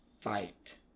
fight